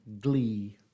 glee